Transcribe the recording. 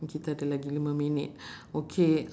kita ada lagi lima minit okay